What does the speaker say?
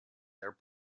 their